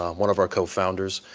um one of our co-founders,